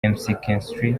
mckinstry